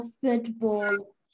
football